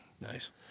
Nice